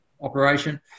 operation